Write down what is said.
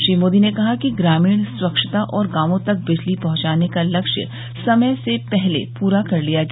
श्री मोदी ने कहा कि ग्रामीण स्वच्छता और गांवों तक बिजली पहंचाने का लक्ष्य समय से पहले पूरा कर लिया गया